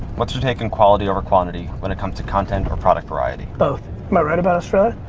what's your take on quality over quantity when it comes to content or product variety? both. am i right about australia?